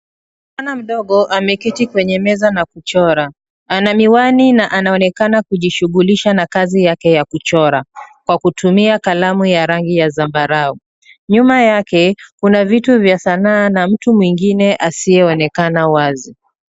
Msichana mdogo ameketi kwenye meza na kuchora. Ana miwani na anaonekana kujishughulisha na kazi yake ya kuchora kwa kutumia kalamu ya rangi ya zambarau. Nyuma yake, kuna vitu vya sanaa na mtu mwingine asiyeonekana wazi.